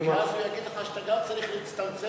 כי אז הוא יגיד לך שאתה גם צריך להצטמצם,